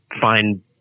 find